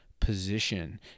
position